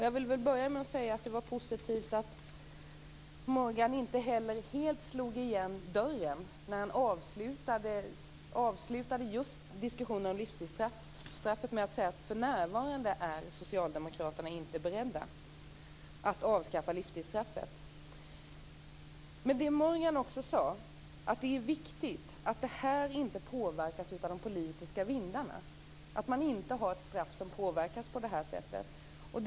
Jag vill börja med att säga att det var positivt att Morgan inte helt slog igen dörren när han avslutade diskussionen om livsstraffet med att säga att socialdemokraterna inte för närvarande är beredda att avskaffa livstidsstraffet. Men Morgan sade också att det är viktigt att man inte har ett straff som påverkas av de politiska vindarna.